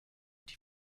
die